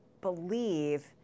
believe